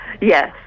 Yes